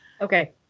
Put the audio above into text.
Okay